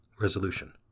Resolution